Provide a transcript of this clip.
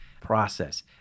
process